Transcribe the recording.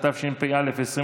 התשפ"א 2020,